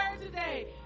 today